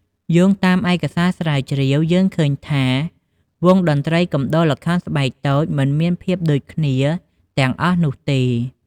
យោងតាមឯកសារស្រាវជ្រាវ យើងឃើញថាវង់តន្ត្រីកំដរល្ខោនស្បែកតូច មិនមានភាពដូចគ្នាទាំងអស់នោះទេ ។